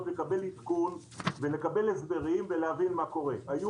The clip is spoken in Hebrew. לקבל עדכון ולקבל הסברים ולהבין מה קורה.